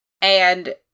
And-